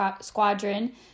squadron